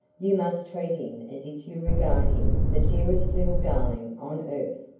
you must treat him as if you regard him the dearest little darling on earth.